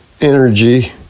energy